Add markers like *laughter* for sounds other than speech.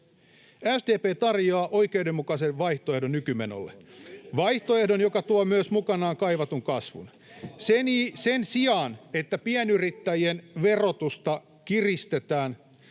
SDP tarjoaa oikeudenmukaisen vaihtoehdon nykymenolle, *noise* vaihtoehdon, joka tuo myös mukanaan kaivatun kasvun. Sen sijaan, että pienyrittäjien verotusta kiristetään